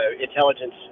intelligence